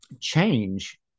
change